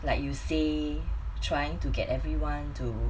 like you say trying to get everyone to